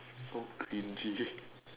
so cringy